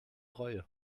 reue